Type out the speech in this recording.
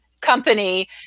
company